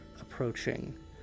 approaching